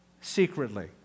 secretly